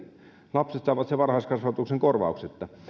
lapset saavat sen varhaiskasvatuksen korvauksetta